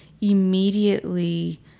immediately